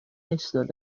eistedd